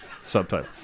subtitle